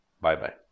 Bye-bye